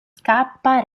scappa